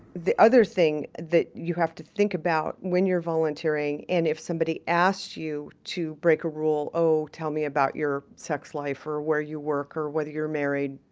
the other thing that you have to think about when you're volunteering, and if somebody asks you to break a rule, oh, tell me about your sex life or where you work or whether you're married,